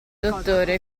dottore